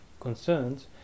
concerns